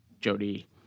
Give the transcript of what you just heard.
Jody